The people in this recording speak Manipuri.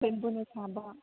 ꯕꯦꯝꯕꯨꯅ ꯁꯥꯕ